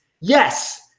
Yes